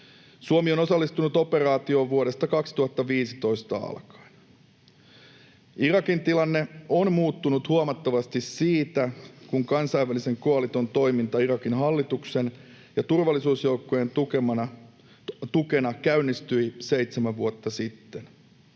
Suomi on osallistunut operaatioon vuodesta 2015 alkaen. Irakin tilanne on muuttunut huomattavasti siitä, kun kansainvälisen koalition toiminta Irakin hallituksen ja turvallisuusjoukkojen tukena käynnistyi seitsemän vuotta sitten.